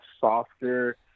softer